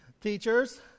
Teachers